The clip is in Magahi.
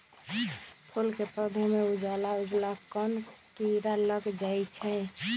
फूल के पौधा में उजला उजला कोन किरा लग जई छइ?